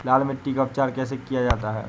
लाल मिट्टी का उपचार कैसे किया जाता है?